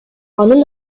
анын